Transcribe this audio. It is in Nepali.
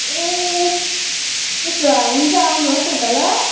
ए त्यसो भए हुन्छ आउनुहोस् न त ल